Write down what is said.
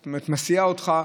זאת אומרת מסיע אותך,